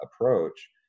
approach